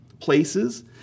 places